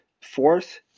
fourth